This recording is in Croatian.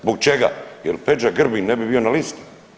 Zbog čega, jer Peđa Grbin ne bi bio na listi.